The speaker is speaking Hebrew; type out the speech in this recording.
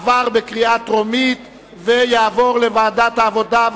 לדיון מוקדם בוועדת העבודה,